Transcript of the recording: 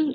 ம்